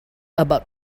about